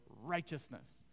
righteousness